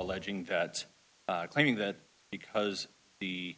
alleging that claiming that because the